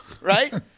right